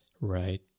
Right